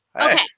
okay